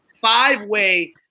five-way